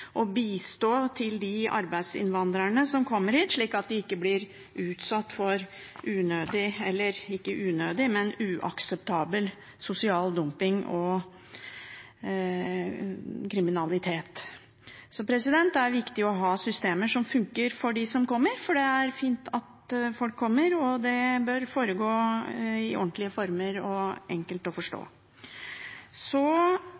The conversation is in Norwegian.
å bistå de arbeidsinnvandrerne som kommer hit, slik at de ikke blir utsatt for uakseptabel sosial dumping og kriminalitet. Det er viktig å ha systemer som funker for dem som kommer, for det er fint at folk kommer, og det bør foregå i ordentlige former som er enkle å